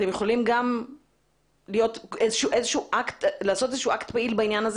אתם יכולים לעשות אקט פעיל בעניין הזה